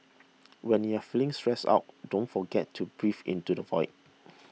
when you are feeling stressed out don't forget to breathe into the void